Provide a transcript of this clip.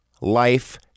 life